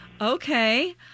Okay